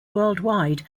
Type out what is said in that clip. worldwide